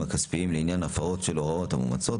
הכספיים לעניין ההפרות של ההוראות המאומצות.